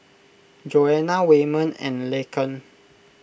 Joana Waymon and Laken